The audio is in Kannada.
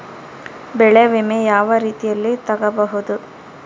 ಬೆಳೆ ವಿಮೆ ಯಾವ ರೇತಿಯಲ್ಲಿ ತಗಬಹುದು?